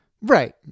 Right